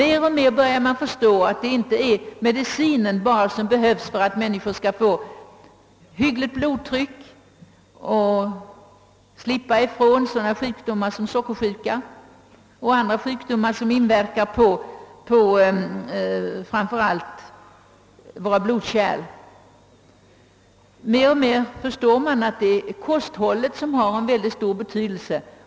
Mer och mer börjar man förstå att det inte bara är medicin som behövs för att människor skall få hyggligt blodtryck och slippa sådana sjukdomar som sockersjuka och andra som inverkar framför allt på blodkärlen. Alltmer inser man att kosthållet har en mycket stor betydelse.